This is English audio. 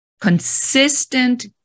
consistent